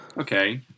Okay